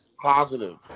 positive